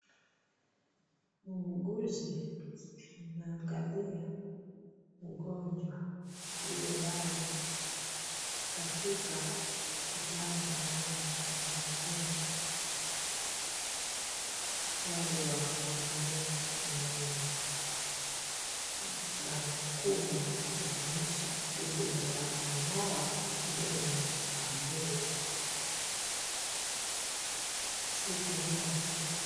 Muuguzi anaangalia mgonjwa aliyelazwa katika kitanda maalumu cha wagonjwa wale wa kung'olewa meno. Bango kubwa laonyesha huduma ya kung'oa meno kwa bure. Si kung'oa tu.